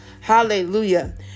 Hallelujah